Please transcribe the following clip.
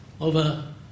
over